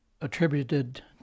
attributed